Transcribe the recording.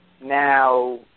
Now